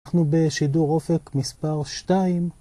אנחנו בשידור אופק מספר 2.